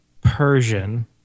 Persian